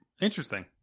Interesting